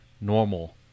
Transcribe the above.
normal